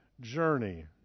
journey